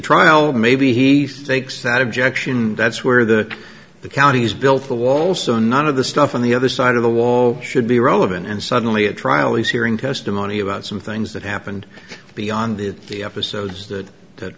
trial maybe he thinks that objection that's where the the county has built the wall so none of the stuff on the other side of the wall should be relevant and suddenly a trial is hearing testimony about some things that happened beyond that the episodes that that